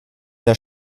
der